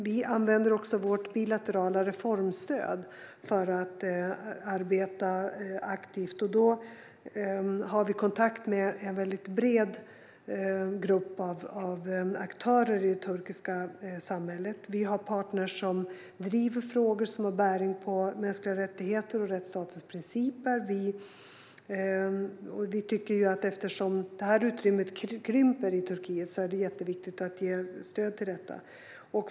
Vi använder också vårt bilaterala reformstöd för att arbeta aktivt. I detta arbete har vi kontakt med en mycket bred grupp av aktörer i det turkiska samhället. Vi har partner som driver frågor som har bäring på mänskliga rättigheter och rättsstatens principer. Eftersom det här utrymmet krymper i Turkiet tycker vi att det är jätteviktigt att ge stöd till detta.